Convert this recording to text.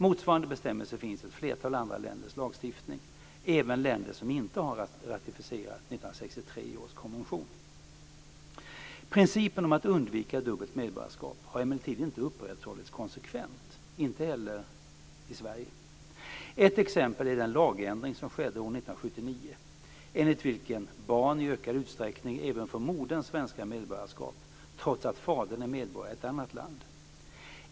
Motsvarande bestämmelser finns i ett flertal andra länders lagstiftning, även länder som inte har ratificerat 1963 Principen om att undvika dubbelt medborgarskap har emellertid inte upprätthållits konsekvent, så inte heller i Sverige. Ett exempel är den lagändring som skedde år 1979, enligt vilken barn i ökad utsträckning även får moderns svenska medborgarskap, trots att fadern är medborgare i ett annat land.